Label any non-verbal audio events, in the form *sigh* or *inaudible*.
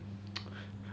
*noise*